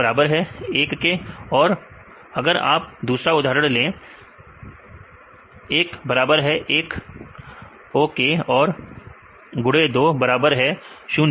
यह बराबर है एक के और अगर आप दूसरा उदाहरण ले अगरx1 बराबर है 1 ओके औरx2 बराबर है 0 के